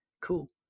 cool